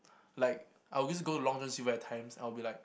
like I always go to Long-John-Silvers at times and I'll be like